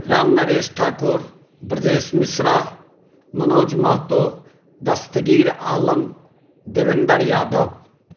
Ram Naresh Thakur Brajesh Mishra Manoj Mahto Dastagir Alam Devendar Yadav